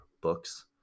books